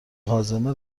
هاضمه